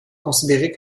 considérée